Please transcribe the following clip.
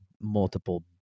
multiple